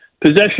possession